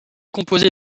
composée